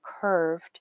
curved